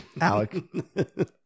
Alec